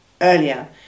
earlier